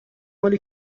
مال